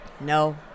No